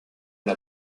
l’a